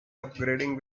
upgrading